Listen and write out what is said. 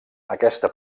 aquesta